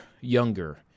younger